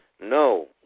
No